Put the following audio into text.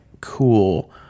cool